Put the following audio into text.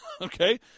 okay